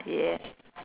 yeah